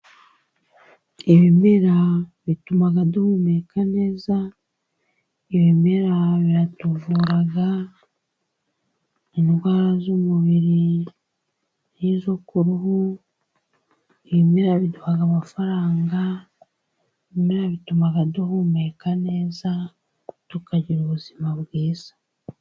Ibimera bituma duhumeka neza, ibimera biratuvura indwara z'umubiri n'izo ku ruhu. Ibimera biduha amafaranga, ibimera bituma duhumeka neza tukagira ubuzima bwiza.